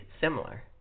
similar